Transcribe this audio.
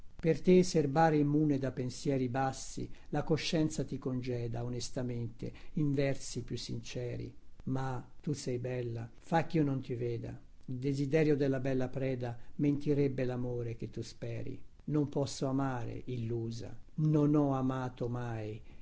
per te serbare immune da pensieri bassi la coscienza ti congeda onestamente in versi più sinceri ma tu sei bella fa chio non ti veda il desiderio della bella preda mentirebbe lamore che tu speri non posso amare illusa non ho amato mai